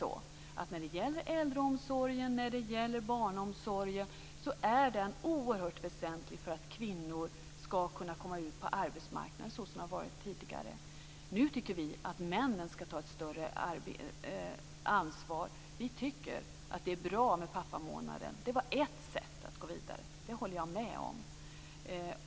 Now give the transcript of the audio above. Vidare är äldreomsorgen och barnomsorgen liksom tidigare oerhört väsentliga för kvinnors möjligheter att komma ut på arbetsmarknaden. Nu tycker vi att männen skall ta ett större ansvar. Vi tycker att det är bra med pappamånaden. Jag håller med om att den var ett sätt att gå vidare.